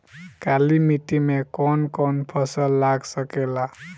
काली मिट्टी मे कौन कौन फसल लाग सकेला?